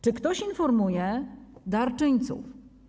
Czy ktoś informuje darczyńców?